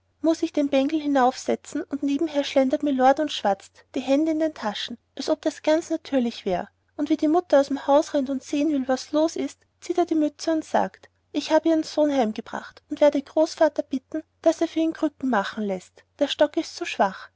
muß ich den bengel hinaufsetzen und nebenher schlendert mylord und schwatzt die hände in den taschen als ob das ganz natürlich wär und wie die mutter aus'm haus rennt und sehen will was los ist zieht er die mütze und sagt ich habe ihren sohn heimgebracht und ich werde großvater bitten daß er ihm krücken machen läßt der stock ist zu schwach